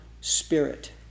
spirit